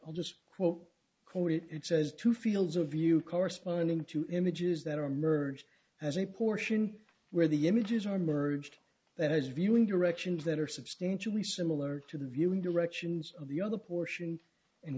quote it says two fields of view corresponding to images that are merged as a portion where the images are merged that is viewing directions that are substantially similar to the viewing directions of the other portion and